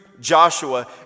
Joshua